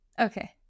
Okay